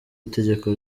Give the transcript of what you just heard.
itegeko